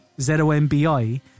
Z-O-M-B-I